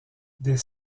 des